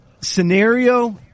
scenario